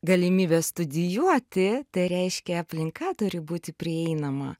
galimybę studijuoti tai reiškia aplinka turi būti prieinama